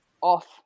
off